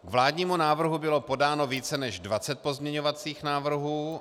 K vládnímu návrhu bylo podáno více než dvacet pozměňovacích návrhů.